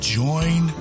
join